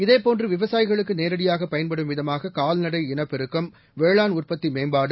இதேபோன்று விவசாயிகளுக்கு நேரடியாக பயன்படும் விதமாக கால்நடை இனப்பெருக்கம் வேளாண் உற்பத்தி மேம்பாடு